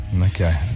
okay